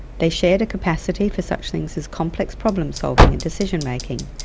they shared a capacity for such things as complex problem solving and decision making,